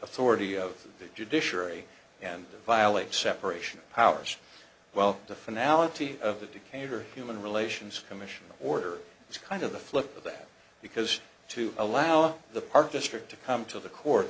authority of the judiciary and violates separation of powers well the finale of the decatur human relations commission order it's kind of the flip of that because to allow the park district to come to the court